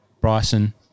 Bryson